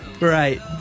right